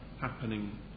happening